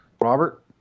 Robert